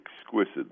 exquisite